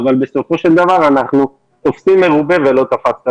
אבל בסופו של דבר אנחנו תופסים מרובה ולא תופסים.